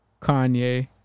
Kanye